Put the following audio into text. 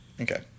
Okay